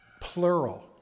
plural